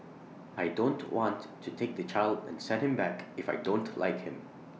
I don't want to take the child and send him back if I don't like him